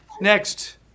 next